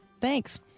Thanks